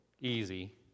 easy